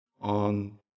on